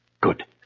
Good